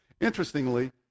Interestingly